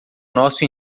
nosso